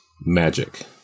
magic